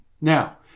Now